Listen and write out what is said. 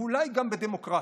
ואולי גם בדמוקרטיה".